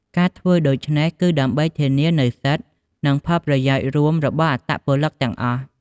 ការធ្វើដូច្នេះ គឺដើម្បីធានានូវសិទ្ធិ និងផលប្រយោជន៍រួមរបស់អត្តពលិកទាំងអស់។